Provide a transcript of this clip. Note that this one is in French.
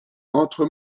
entre